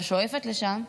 אבל שואפת לשם,